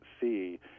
see